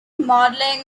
modeling